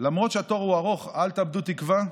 למרות שהתור ארוך, אל תאבדו תקווה.